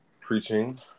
preaching